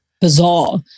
bizarre